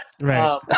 Right